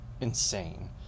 insane